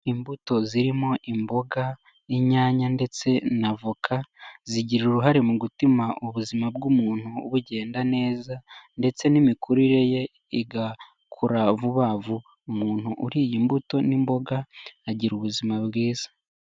Umbuto zirimo imboga n'inyanya ndetse na avoka, zigira uruhare mu gutuma ubuzima bw'umuntu bugenda neza ndetse n'imikurire ye igakura vuba vuba, umuntu uriye imbuto n'imboga agira ubuzima bwiza.